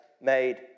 made